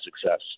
success